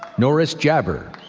norris jaber,